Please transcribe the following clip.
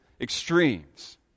extremes